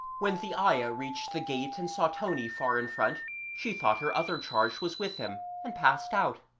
when the ayah reached the gate and saw tony far in front she thought her other charge was with him and passed out.